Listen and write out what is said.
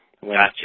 Gotcha